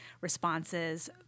responses